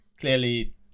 clearly